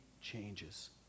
changes